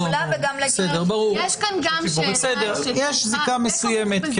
יש זיקה מסוימת.